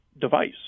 device